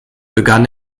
begann